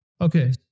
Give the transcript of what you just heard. Okay